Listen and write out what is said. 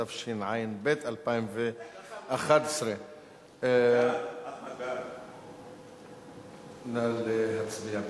התשע"ב 2011. נא להצביע.